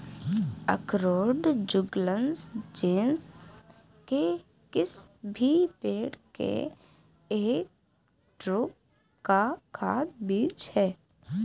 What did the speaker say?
अखरोट Juglans genus के किसी भी पेड़ के एक ड्रूप का खाद्य बीज है